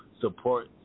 support